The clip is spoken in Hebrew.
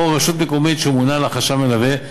ורשות מקומית שמונה לה חשב מלווה,